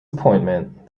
appointment